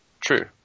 True